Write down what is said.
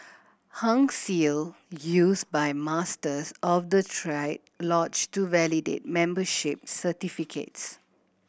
Hung Seal used by Masters of the triad lodge to validate membership certificates